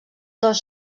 dos